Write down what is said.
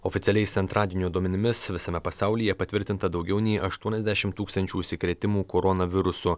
oficialiais antradienio duomenimis visame pasaulyje patvirtinta daugiau nei aštuoniasdešim tūkstančių užsikrėtimų koronavirusu